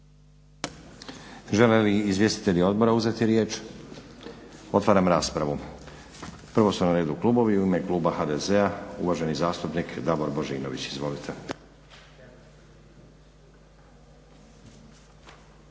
Žele li izvjestitelji odbora uzeti riječ? Otvaram raspravu. Prvo su na redu klubovi. U ime kluba HDZ-a uvaženi zastupnik Davor Božinović. Izvolite.